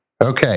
Okay